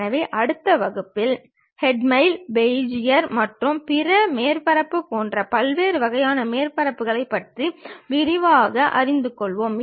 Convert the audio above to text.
எனவே அடுத்த வகுப்பில் ஹெர்மைட் பெஜியர் மற்றும் பிற மேற்பரப்புகள் போன்ற பல்வேறு வகையான மேற்பரப்புகளைப் பற்றி விரிவாக அறிந்து கொள்வோம்